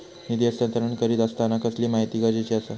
निधी हस्तांतरण करीत आसताना कसली माहिती गरजेची आसा?